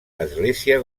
església